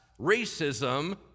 racism